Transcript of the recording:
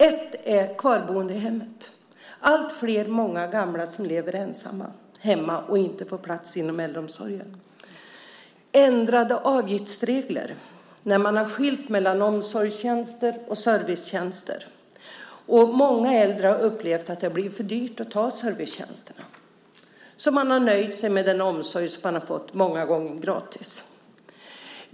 En är kvarboende i hemmet. Alltfler av de gamla lever ensamma hemma och får inte plats inom äldreomsorgen. Ändrade avgiftsregler är en annan. När man har skilt mellan omsorgstjänster och servicetjänster har många äldre upplevt att det har blivit för dyrt att ha servicetjänster. Man har nöjt sig med den omsorg man har fått, många gånger, gratis.